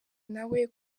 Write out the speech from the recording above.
nawe